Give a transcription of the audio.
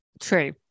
true